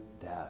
death